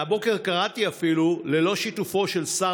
והבוקר קראתי שאפילו ללא שיתופו של שר